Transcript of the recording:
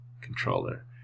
controller